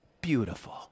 Beautiful